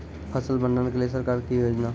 फसल भंडारण के लिए सरकार की योजना?